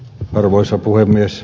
arvoisa puhemies